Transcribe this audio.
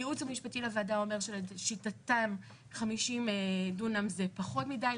הייעוץ המשפטי לוועדה אומר שלשיטתם 50 דונם זה פחות מידי.